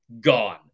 Gone